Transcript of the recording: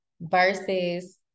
versus